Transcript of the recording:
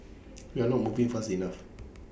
we are not moving fast enough